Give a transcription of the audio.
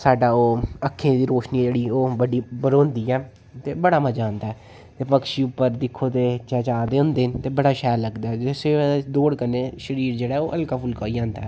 साड्डा ओह् अक्खें दी रोशनी जेह्ड़ी ओह् बड्डी बडोंदी ऐ ते बड़ा मजा आंदा ऐ ते पक्षी उप्पर दिक्खो ते चेहचहा दे होंदे न ते बड़ा शैल लगदा ऐ ते सवेरे दी दौड़ कन्नै शरीर जेह्ड़ा ओह् हलका फुल्का होई जंदा ऐ